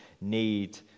need